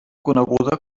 coneguda